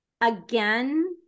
again